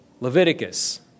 Leviticus